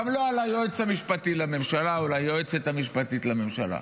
וגם לא על היועץ המשפטי לממשלה או על היועצת המשפטית לממשלה.